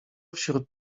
wśród